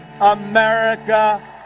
America